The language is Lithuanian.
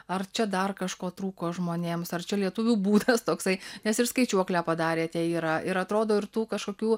ar čia dar kažko trūko žmonėms ar čia lietuvių būdas toksai nes ir skaičiuoklę padarėte yra ir atrodo ir tų kažkokių